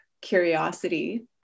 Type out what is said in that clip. curiosity